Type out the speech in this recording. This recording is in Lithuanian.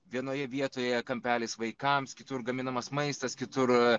vienoje vietoje kampelis vaikams kitur gaminamas maistas kitur